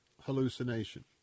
hallucination